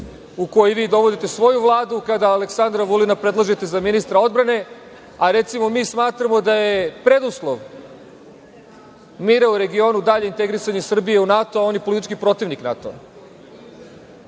u koji vi dovodite svoju Vladu kada Aleksandra Vulina predložite za ministra odbrane, a recimo, mi smatramo da je preduslov mira u regionu dalje integrisanje Srbije u NATO, a on je politički protivnik